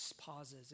pauses